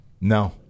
No